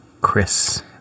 Chris